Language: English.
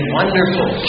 wonderful